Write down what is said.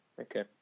Okay